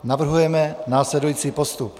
Navrhujeme následující postup: